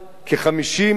כ-50,000,